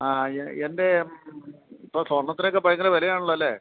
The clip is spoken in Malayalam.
ആ എന്റെ സ്വർണത്തിനൊക്കെ ഭയങ്കര വിലയാണല്ലോ അല്ലേ